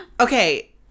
Okay